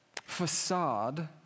facade